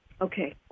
Okay